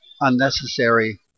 unnecessary